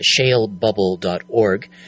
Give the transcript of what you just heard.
shalebubble.org